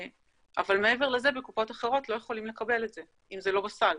אבל מעבר לזה בקופות אחרות לא יכולים לקבל את זה אם זה לא בסל.